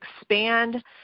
expand